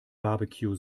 barbecue